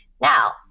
now